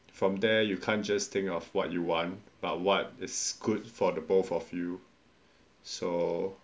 from there you can't just think of what you want but what is good for the both of you so